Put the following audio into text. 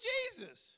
Jesus